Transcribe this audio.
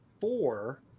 four